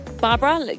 Barbara